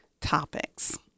topics